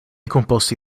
composti